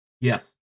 Yes